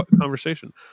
conversation